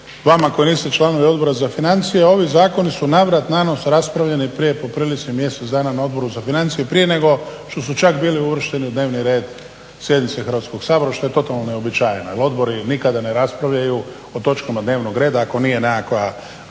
vama koji niste članovi odbora za financije, ovi zakoni su navrat nanos raspravljeni prije po prilici mjesec dana na Odboru za financije prije nego što su čak bili uvršteni u dnevni red sjednice Hrvatskog sabora što je totalno neuobičajeno. Odobri nikada ne raspravljaju o točkama dnevnog reda ako nije nekakva